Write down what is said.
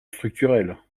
structurels